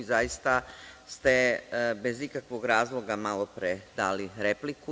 Zaista ste bez ikakvog razloga malopre dali repliku.